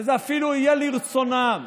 וזה אפילו יהיה לרצונם,